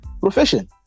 profession